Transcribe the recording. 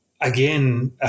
again